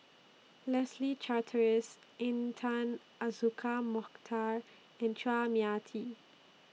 Leslie Charteris Intan Azura Mokhtar and Chua Mia Tee